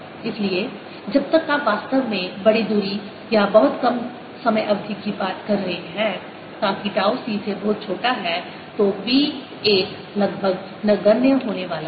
इसलिए जब तक आप वास्तव में बड़ी दूरी या बहुत कम समय अवधि की बात कर रहे हैं ताकि टाउ C बहुत छोटा है तो B 1 लगभग नगण्य होने वाला है